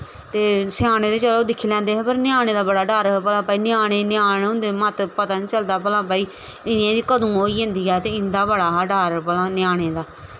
ते स्यानें ते चलो दिक्खी लैंदे हे पर ञ्यानें हा हा बड़ा डर भला ञ्यानें ञ्यानें होंदे मत पता नेईं चलदा भला भाई इ'नें गी कदूं होई जंदी ऐ ते इं'दा बड़ा हा डर भला ञ्यानें दा